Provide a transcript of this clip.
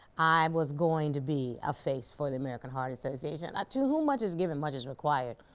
i was going to be a face for the american heart association to who much is given, much is required.